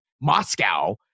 Moscow